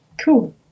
Cool